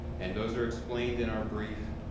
and those are explained in our brief.